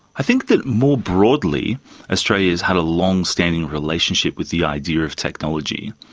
i think that more broadly australia has had a long-standing relationship with the idea of technology.